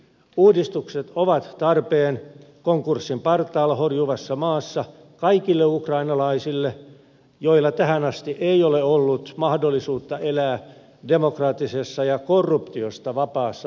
uudistukset ovat tarpeen konkurssin partaalla horjuvassa maassa kaikille ukrainalaisille joilla tähän asti ei ole ollut mahdollisuutta elää demokraattisessa ja korruptiosta vapaassa oikeusvaltiossa